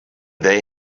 they